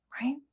right